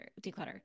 declutter